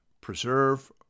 preserve